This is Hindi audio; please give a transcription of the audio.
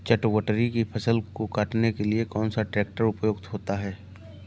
चटवटरी की फसल को काटने के लिए कौन सा ट्रैक्टर उपयुक्त होता है?